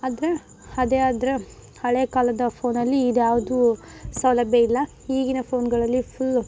ಆದರೆ ಅದೇ ಅದರ ಹಳೆ ಕಾಲದ ಫೋನಲ್ಲಿ ಇದು ಯಾವುದೂ ಸೌಲಭ್ಯ ಇಲ್ಲ ಈಗಿನ ಫೋನ್ಗಳಲ್ಲಿ ಫುಲ್